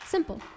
Simple